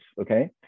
Okay